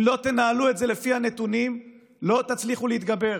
אם לא תנהלו את זה לפי הנתונים לא תצליחו להתגבר.